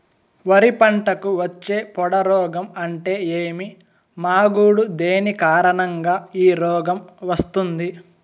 వరి పంటకు వచ్చే పొడ రోగం అంటే ఏమి? మాగుడు దేని కారణంగా ఈ రోగం వస్తుంది?